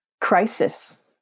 crisis